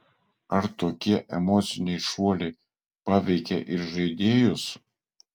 ar tokie emociniai šuoliai paveikia ir žaidėjus